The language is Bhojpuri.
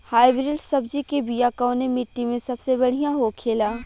हाइब्रिड सब्जी के बिया कवने मिट्टी में सबसे बढ़ियां होखे ला?